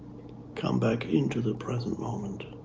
come back into the present moment.